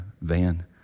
van